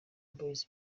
boys